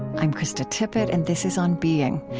i'm krista tippett, and this is on being.